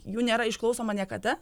jų nėra išklausoma niekada